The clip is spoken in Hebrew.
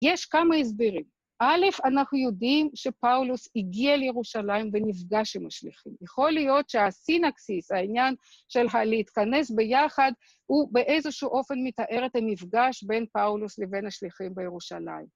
יש כמה הסברים. א', אנחנו יודעים שפאולוס הגיע לירושלים ונפגש עם השליחים. יכול להיות שהסינקסיס, העניין של הלהתכנס ביחד, הוא באיזשהו אופן מתאר את המפגש בין פאולוס לבין השליחים בירושלים.